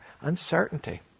Uncertainty